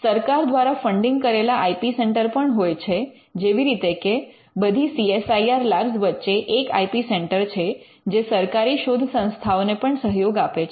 સરકાર દ્વારા ફંડિંગ કરેલા આઇ પી સેન્ટર પણ હોય છે જેવી રીતે કે બધી C S I R lab વચ્ચે એક આઇ પી સેન્ટર છે જે સરકારી શોધ સંસ્થાઓને પણ સહયોગ આપે છે